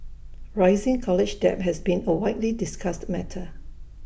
rising college debt has been A widely discussed matter